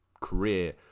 career